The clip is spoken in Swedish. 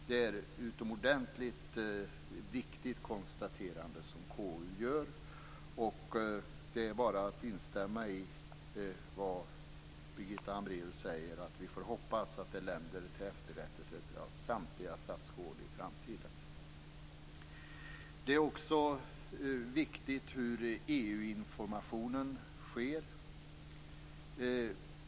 Det är ett utomordentligt viktigt konstaterande som KU gör. Det är bara att instämma i det Birgitta Hambræus säger, att vi får hoppas att det länder till efterrättelse av samtliga statsråd i framtiden. Det är också viktigt hur EU-informationen sker.